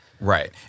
Right